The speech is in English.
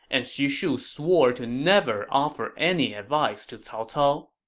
and xu shu swore to never offer any advice to cao cao.